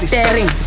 Staring